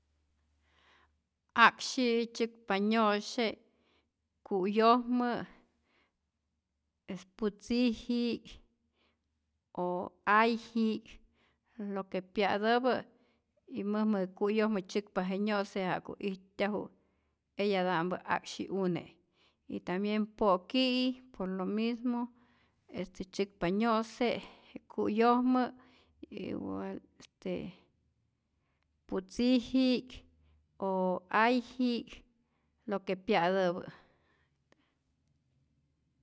A'ksyi'i tzyäkpa nyo'se ku'yojmä, es putziji'k o ayji'k, lo que pya'täpä y mäjmä ku'yojmä tzyäkpa je nyo'se' ja'ku ijtyaju eyata'mpä a'ksyi'une' y tambien po'ki'i por lo mismo tyäkpa nyo'se ku'yojmä y wa este putziji'k o ayji'k lo que pya'täpä.